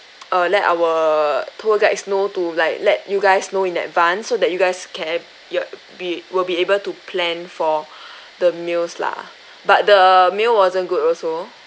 uh let our tour guides know to like let you guys know in advance so that you guys can you be will be able to plan for the meals lah but the meal wasn't good also